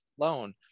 Loan